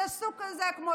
זה סוג, כמו